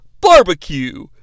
barbecue